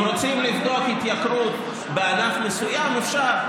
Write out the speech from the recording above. אם רוצים לבדוק התייקרות בענף מסוים, אפשר.